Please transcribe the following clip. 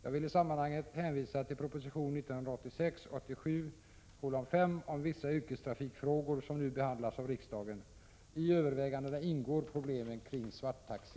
Jag vill i sammanhanget hänvisa till proposition 1986/87:5 om vissa yrkestrafikfrågor som nu behandlas av riksdagen. I övervägandena ingår problemen kring svarttaxi.